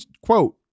quote